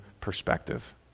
perspective